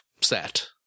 set